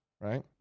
Right